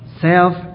Self